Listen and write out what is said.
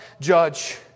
judge